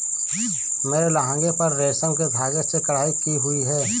मेरे लहंगे पर रेशम के धागे से कढ़ाई की हुई है